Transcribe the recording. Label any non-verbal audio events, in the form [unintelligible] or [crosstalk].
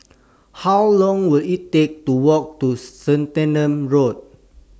How Long Will IT Take to Walk to [unintelligible] Road